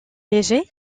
léger